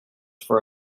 for